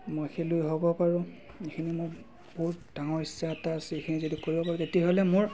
মই খেলুৱৈ হ'ব পাৰোঁ এইখিনি মোৰ বহুত ডাঙৰ ইচ্ছা এটা আছে এইখিনি যদি কৰিব পাৰোঁ তেতিয়া হ'লে মোৰ